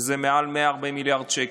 שזה מעל 140 מיליארד שקל,